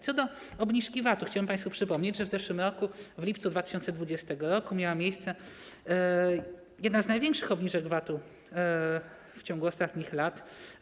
Co do obniżki VAT-u, chciałem państwu przypomnieć, że w zeszłym roku, w lipcu 2020 r. miała miejsce jedna z największych obniżek VAT-u w ciągu ostatnich lat.